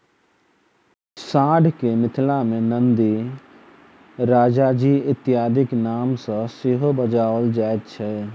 साँढ़ के मिथिला मे नंदी, राजाजी इत्यादिक नाम सॅ सेहो बजाओल जाइत छै